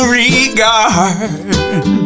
regard